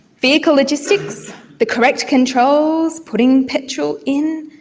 vehicle logistics, the correct controls, putting petrol in,